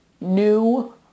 new